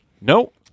Nope